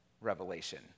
revelation